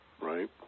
right